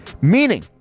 Meaning